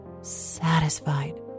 satisfied